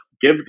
give